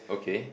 okay